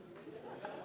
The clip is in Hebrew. דב.